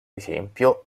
esempio